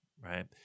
right